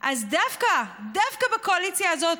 אז דווקא בקואליציה הזאת,